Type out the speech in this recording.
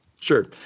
Sure